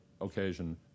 occasion